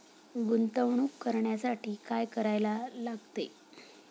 गुंतवणूक करण्यासाठी काय करायला लागते?